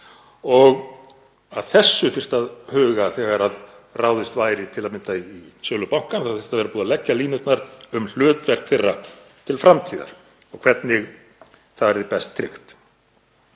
Að þessu þyrfti að huga þegar ráðist væri til að mynda í sölu bankanna, það hefði þurft að leggja línurnar um hlutverk þeirra til framtíðar og hvernig það yrði best tryggt.